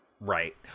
Right